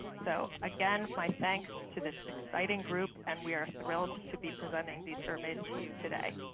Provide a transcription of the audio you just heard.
so, again, my thanks to this exciting group, and we are thrilled to be presenting these surveys to you today.